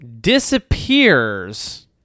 disappears